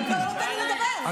אתה לא נותן לי לדבר.